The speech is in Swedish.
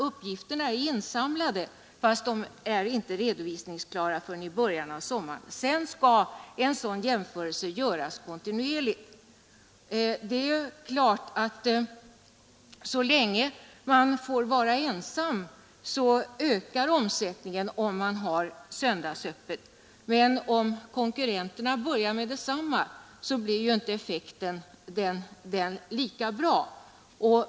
Uppgifterna finns insamlade, men de blir inte redovisningsklara förrän i sommar. Sedan skall sådana jämförelser göras kontinuerligt. Så länge ett företag får vara ensamt om att hålla söndagsöppet ökar naturligtvis omsättningen, men om konkurrenterna också börjar hålla öppet blir effekten naturligtvis inte lika stor.